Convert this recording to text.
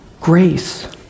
grace